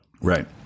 Right